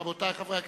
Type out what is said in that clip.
רבותי חברי הכנסת,